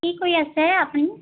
কি কৰি আছে আপুনি